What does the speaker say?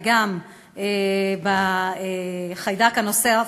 וגם החיידק הנוסף,